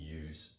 use